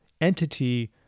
entity